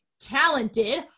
talented